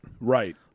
Right